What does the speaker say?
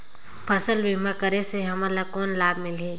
फसल बीमा करे से हमन ला कौन लाभ मिलही?